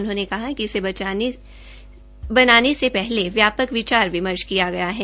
उन्होंने कहा कि इसे बनाने से पहले व्यापक विचार विमर्श किया गया है